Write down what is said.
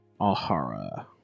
Ahara